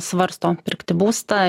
svarsto p irkti būstą